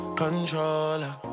controller